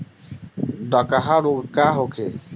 डकहा रोग का होखे?